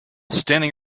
standing